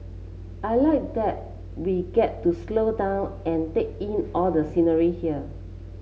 I like that we get to slow down and take in all the scenery here